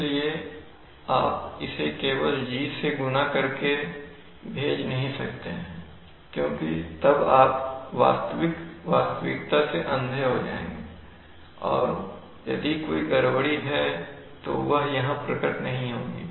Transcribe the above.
इसलिए आप इसे केवल G से गुणा करके भेज नहीं सकते हैं क्योंकि तब आप वास्तविक वास्तविकता से अंधे हो जाएंगे और यदि कोई गड़बड़ी है तो वह यहां प्रकट नहीं होगी